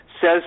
says